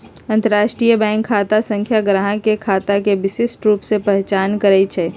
अंतरराष्ट्रीय बैंक खता संख्या गाहक के खता के विशिष्ट रूप से पहीचान करइ छै